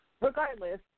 regardless